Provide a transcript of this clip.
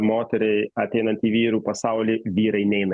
moteriai ateinant į vyrų pasaulį vyrai neina